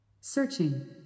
Searching